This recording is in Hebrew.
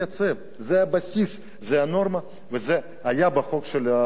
זה הבסיס, זה הנורמה, וזה היה בחוק של דודו רותם.